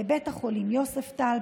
בבית החולים יוספטל,